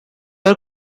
are